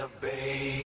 baby